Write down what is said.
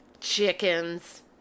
chickens